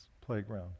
playground